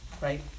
right